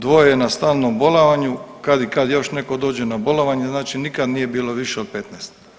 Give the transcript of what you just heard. Dvoje je na stalnom bolovanju, kad i kad još netko dođe na bolovanje, znači nikad nije bilo više od 15.